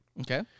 Okay